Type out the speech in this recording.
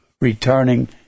returning